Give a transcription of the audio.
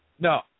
No